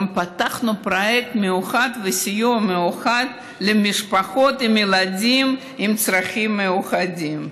פתחנו גם פרויקט מיוחד וסיוע מיוחד למשפחות עם ילדים עם צרכים מיוחדים,